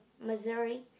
Missouri